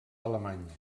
alemanya